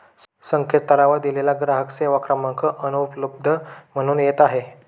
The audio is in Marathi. संकेतस्थळावर दिलेला ग्राहक सेवा क्रमांक अनुपलब्ध म्हणून येत आहे